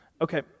Okay